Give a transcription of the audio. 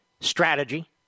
strategy